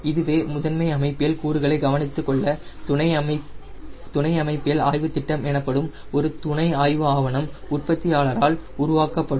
இதுவே முதன்மை அமைப்பியல் கூறுகளை கவனித்துக்கொள்ள துணை அமைப்பியல் ஆய்வு திட்டம் எனப்படும் ஒரு துணை ஆய்வு ஆவணம் உற்பத்தியாளரால் உருவாக்கப்படும்